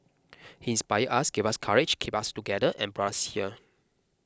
he inspired us gave us courage kept us together and brought us here